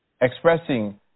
expressing